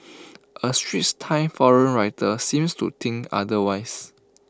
A straits time forum writer seems to think otherwise